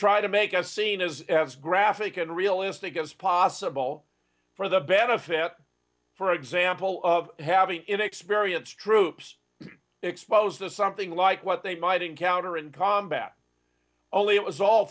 try to make a scene as graphic and realistic as possible for the benefit for example of having inexperience troops exposed to something like what they might encounter in combat only it was all